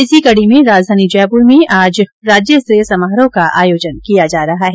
इस कड़ी में राजधानी जयपुर में आज राज्यस्तरीय समारोह का आयोजन किया जा रहा है